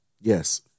Yes